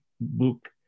book